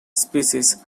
species